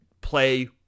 play